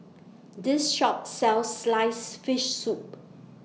This Shop sells Sliced Fish Soup